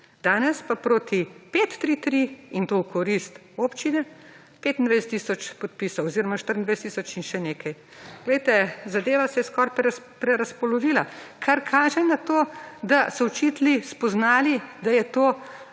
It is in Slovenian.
Danes pa proti 5+3+3, in to v korist občine, 25 tisoč podpisov oziroma 24 tisoč in še nekaj. Glejte, zadeva se je skoraj prerazpolovila, kar kaže na to, da so učitelji spoznali, da je to